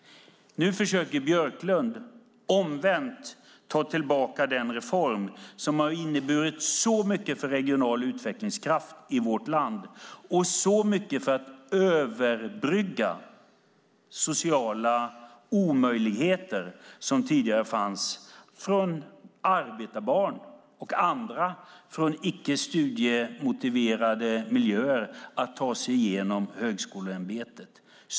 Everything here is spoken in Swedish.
Nu försöker Björklund omvänt ta tillbaka den reform som har inneburit så mycket för regional utvecklingskraft i vårt land och så mycket för att överbrygga sociala omöjligheter som tidigare fanns för arbetarbarn och andra från icke studiemotiverade miljöer att ta sig igenom högskolan.